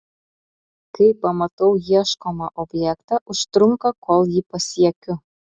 kai pamatau ieškomą objektą užtrunka kol jį pasiekiu